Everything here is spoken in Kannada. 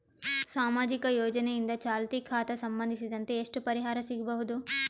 ಸಾಮಾಜಿಕ ಯೋಜನೆಯಿಂದ ಚಾಲತಿ ಖಾತಾ ಸಂಬಂಧಿಸಿದಂತೆ ಎಷ್ಟು ಪರಿಹಾರ ಸಿಗಬಹುದು?